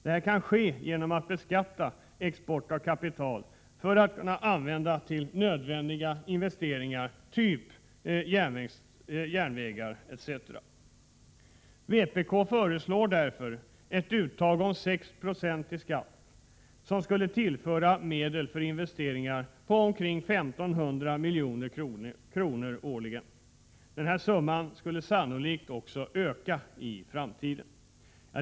Detta kan ske genom att beskatta export av kapital för att använda pengarna till nödvändiga investeringar typ järnvägar etc. Vpk föreslår därför ett uttag om 6 96 i skatt, som skulle tillföra medel för investeringar på omkring 1 500 milj.kr. årligen. Denna summa skulle sannolikt öka i framtiden.